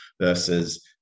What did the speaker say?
versus